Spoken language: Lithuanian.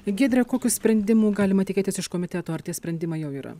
giedre kokių sprendimų galima tikėtis iš komiteto ar tie sprendimai jau yra